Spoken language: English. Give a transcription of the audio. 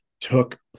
took